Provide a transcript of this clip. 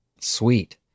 Sweet